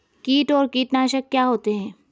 कीट और कीटनाशक क्या होते हैं?